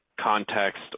context